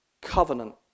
covenant